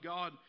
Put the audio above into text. God